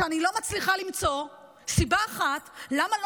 אני לא מצליחה למצוא סיבה אחת למה לא